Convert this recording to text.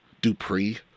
Dupree